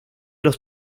los